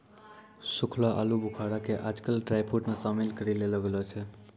सूखलो आलूबुखारा कॅ आजकल ड्रायफ्रुट मॅ शामिल करी लेलो गेलो छै